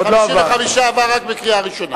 55 עבר רק בקריאה ראשונה.